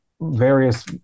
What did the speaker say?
various